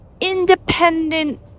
independent